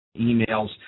emails